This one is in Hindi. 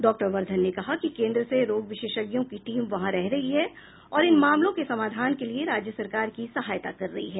डॉ वर्धन ने कहा कि केन्द्र से रोग विशेषज्ञों की टीम वहां रह रही है और इन मामलों के समाधान के लिए राज्य सरकार की सहायता कर रही है